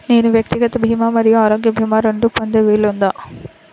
నేను వ్యక్తిగత భీమా మరియు ఆరోగ్య భీమా రెండు పొందే వీలుందా?